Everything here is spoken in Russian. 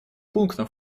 пунктом